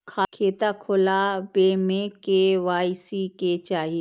खाता खोला बे में के.वाई.सी के चाहि?